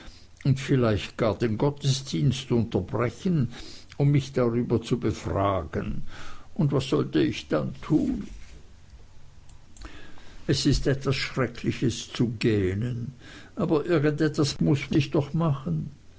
und vielleicht gar den gottesdienst unterbrechen um mich darüber zu befragen und was sollte ich dann tun es ist etwas schreckliches zu gähnen aber irgend etwas muß ich doch machen